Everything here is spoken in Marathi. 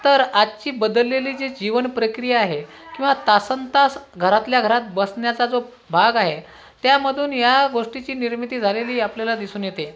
तर आजची बदललेली जी जीवन प्रक्रिया आहे किंवा तासनतास घरातल्या घरात बसण्याचा जो भाग आहे त्यामधून या गोष्टीची निर्मिती झालेली आपल्याला दिसून येते